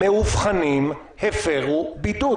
קורונה מאובחנים הפרו בידוד.